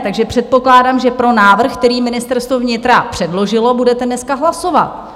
Takže předpokládám, že pro návrh, který Ministerstvo vnitra předložilo, budete dneska hlasovat.